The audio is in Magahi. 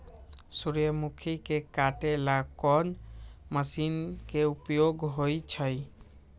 सूर्यमुखी के काटे ला कोंन मशीन के उपयोग होई छइ?